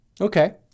okay